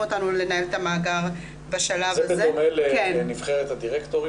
אותנו לנהל את המאגר בשלב הזה --- זה בדומה לנבחרת הדירקטורים?